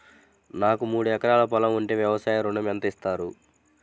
నాకు మూడు ఎకరాలు పొలం ఉంటే వ్యవసాయ ఋణం ఎంత ఇస్తారు?